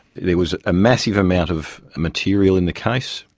there was a massive amount of material in the case,